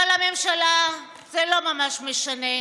אבל לממשלה זה לא ממש משנה.